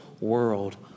world